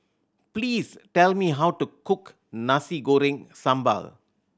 please tell me how to cook Nasi Goreng Sambal